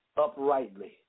uprightly